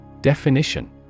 Definition